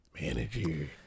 manager